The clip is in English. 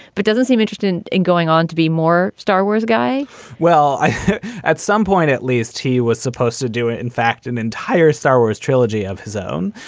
but doesn't seem interested in in going on to be more star wars guy well, i at some point at least he was supposed to do it. in fact, an entire star wars trilogy of his own,